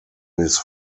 his